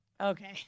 Okay